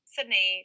Sydney